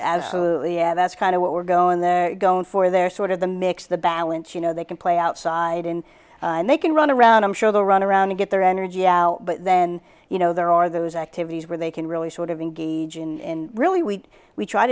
absolutely yeah that's kind of what we're going they're going for they're sort of the mix the balance you know they can play outside in and they can run around i'm sure they'll run around and get their energy but then you know there are those activities where they can really sort of engage in really we we try